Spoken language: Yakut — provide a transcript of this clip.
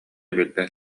билбэт